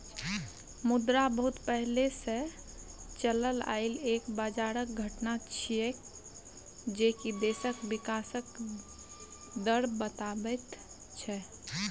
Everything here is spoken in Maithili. मुद्रा बहुत पहले से चलल आइल एक बजारक घटना छिएय जे की देशक विकासक दर बताबैत छै